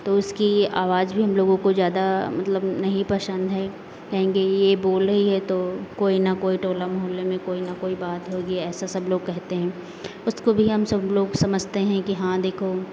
तो उसकी ये आवाज भी हम लोगों को ज़्यादा मतलब नहीं पसंद है कहेंगे ये बोल रही है तो कोई ना कोई टोला मोहल्ले में कोई ना कोई बात होगी ऐसा सब लोग कहते हैं उसको भी हम सब लोग समझते हैं कि हाँ देखो